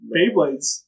Beyblades